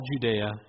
Judea